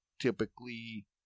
typically